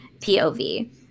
pov